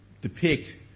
depict